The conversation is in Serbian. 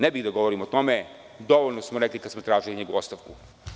Ne bih da govorim o tome, dovoljno smo rekli kad smo tražili njegovu ostavku.